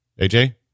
AJ